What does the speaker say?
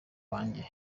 wanjye